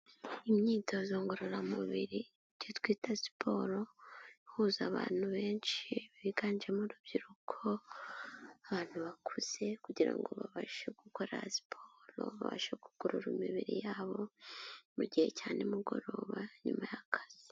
Imyitozo ngororamubiri icyo twita siporo, ihuza abantu benshi biganjemo urubyiruko, abantu bakuze kugira ngo babashe gukora siporo, babashe kugorora imibiri yabo, mu gihe cya nimugoroba nyuma y'akazi.